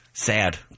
Sad